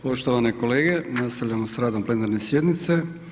Poštovane kolege, nastavljamo s radom plenarne sjednice.